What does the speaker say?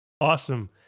Awesome